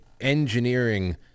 engineering